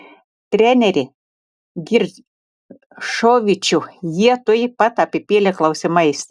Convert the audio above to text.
trenerį giršovičių jie tuoj pat apipylė klausimais